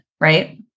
Right